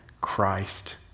Christ